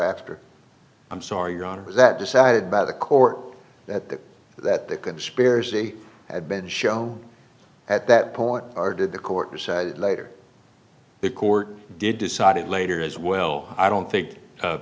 after i'm sorry your honor was that decided by the court that that that the conspiracy had been shown at that point or did the court decide later the court did decided later as well i don't think